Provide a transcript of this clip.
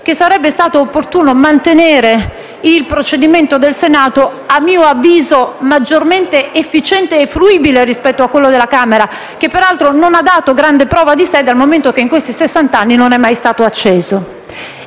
che sarebbe stato opportuno mantenere il procedimento previsto in Senato, a mio avviso maggiormente efficiente e fruibile rispetto a quello della Camera, che peraltro non ha dato grande prova di sé, dal momento che non è mai stato attuato